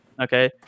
Okay